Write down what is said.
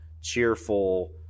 cheerful